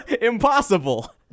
impossible